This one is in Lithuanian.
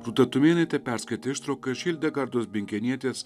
rūta tumėnaitė perskaitė ištrauką iš hildegardos bingenietės